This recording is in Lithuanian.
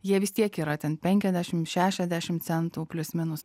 jie vis tiek yra ten penkiasdešim šešiasdešim centų plius minus